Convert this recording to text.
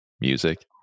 music